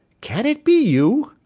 can it be you?